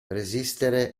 resistere